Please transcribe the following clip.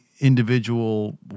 individual